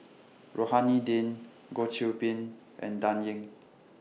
Rohani Din Goh Qiu Bin and Dan Ying